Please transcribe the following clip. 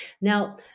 Now